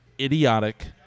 idiotic